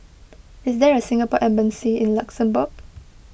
is there a Singapore Embassy in Luxembourg